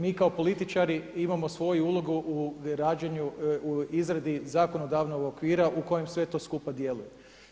Mi kao političari imamo svoju ulogu u izradi zakonodavnog okvira u kojem sve to skupa djeluje.